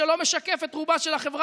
שלא משקף את רובה של החברה,